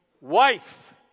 wife